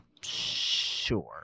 Sure